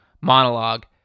monologue